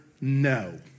no